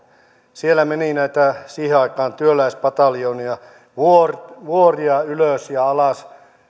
siellä meni siihen aikaan näitä työläispataljoonia vuoria vuoria ylös ja alas